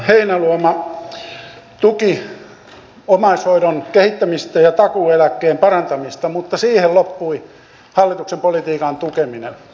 edustaja heinäluoma tuki omaishoidon kehittämistä ja takuueläkkeen parantamista mutta siihen loppui hallituksen politiikan tukeminen